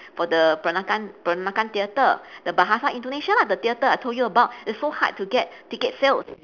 for the peranakan peranakan theatre the bahasa indonesia lah the theatre I told you about it's so hard to get ticket sales